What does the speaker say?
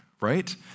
right